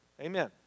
amen